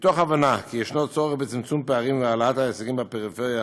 מתוך הבנה שיש צורך בצמצום פערים והעלאת ההישגים בפריפריה